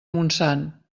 montsant